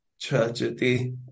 tragedy